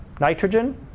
nitrogen